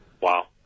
Wow